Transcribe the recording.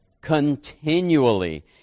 continually